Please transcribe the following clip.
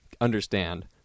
understand